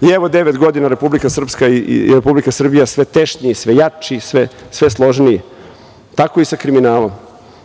i evo devet godina Republika Srpska i Republika Srbija sve tešnje, sve jače i sve složnije. Tako je i sa kriminalom.